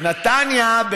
נתניה,